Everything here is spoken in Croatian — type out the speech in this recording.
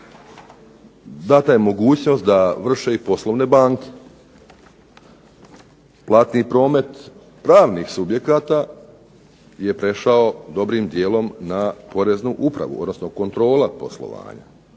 dana je mogućnost da vrše i poslovne banke. Platni promet pravnih subjekata je prešao dobrim dijelom na poreznu upravu, odnosno kontrola poslovanja.